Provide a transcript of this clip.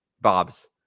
Bob's